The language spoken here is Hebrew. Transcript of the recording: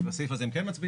בסעיף הזה הם כן מצביעים,